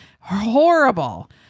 Horrible